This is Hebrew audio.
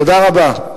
תודה רבה.